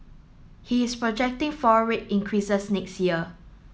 he is projecting four rate increases next year